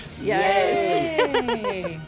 Yes